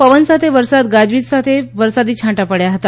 પવન સાથે વરસાદ ગાજવીજ સાથે વરસાદી છાંટા પડ્યા હતા